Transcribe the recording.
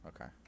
Okay